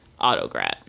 autograt